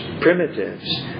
primitives